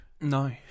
No